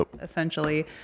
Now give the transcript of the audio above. essentially